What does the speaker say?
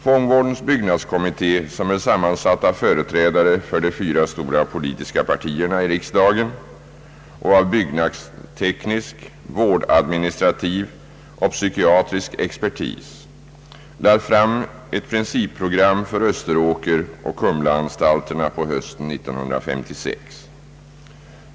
Fångvårdens byggnadskommitté, som är sammansatt av företrädare för de fyra stora politiska partierna i riksdagen och av byggnadsteknisk, vårdadministrativ och psykiatrisk expertis, lade fram ett principprogram för Österåkeroch Kumlaanstalterna på hösten 1956.